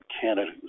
Canada